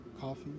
coffee